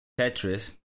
Tetris